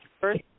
first